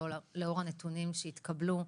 לאור הנתונים שהתקבלו עכשיו,